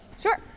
Sure